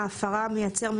ההפרה מייצר,